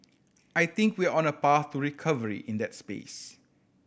I think we're on a path to recovery in that space